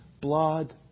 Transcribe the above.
blood